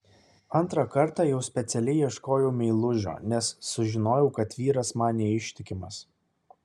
antrą kartą jau specialiai ieškojau meilužio nes sužinojau kad vyras man neištikimas